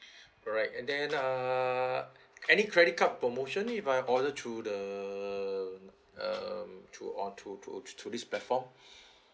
right and then uh any credit card promotion if I order through the uh through through through this platform